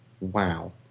wow